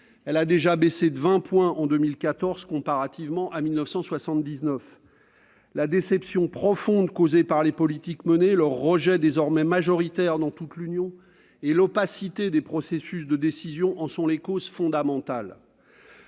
elle avait déjà baissé de 20 points, en 2014, par rapport à 1979. La déception profonde causée par les politiques menées, leur rejet désormais majoritaire dans toute l'Union et l'opacité des processus de décision en sont les causes fondamentales.